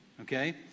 okay